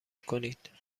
کنید